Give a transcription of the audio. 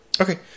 Okay